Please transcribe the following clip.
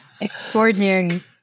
extraordinary